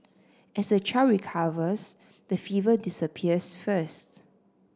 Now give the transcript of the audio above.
as the child recovers the fever disappears first